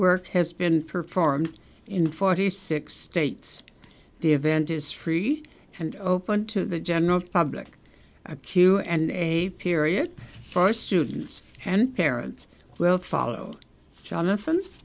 work has been performed in forty six states the event is free and open to the general public a q and a period first students and parents will follow jonathan